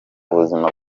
buzima